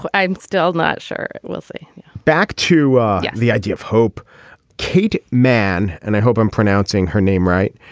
but i'm still not sure. we'll see back to the idea of hope kate man. and i hope i'm pronouncing her name right.